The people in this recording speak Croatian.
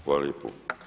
Hvala lijepo.